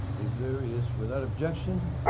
if there is without objection,